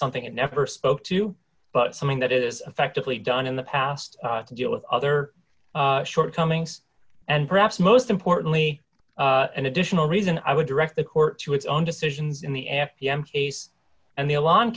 something it never spoke to but something that is effectively done in the past to deal with other shortcomings and perhaps most importantly an additional reason i would direct the court to its own decision in the f t m case and the long